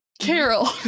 carol